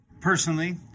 Personally